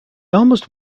almost